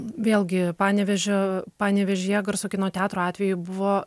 vėlgi panevėžio panevėžyje garso kino teatro atveju buvo